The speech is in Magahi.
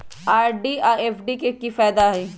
आर.डी आ एफ.डी के कि फायदा हई?